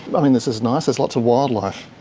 i mean, this is nice, there's lots of wildlife.